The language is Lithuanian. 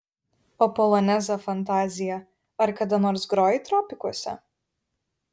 o polonezą fantaziją ar kada nors grojai tropikuose